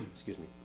excuse me.